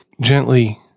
gently